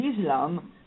Islam